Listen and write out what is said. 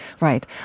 right